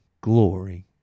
glory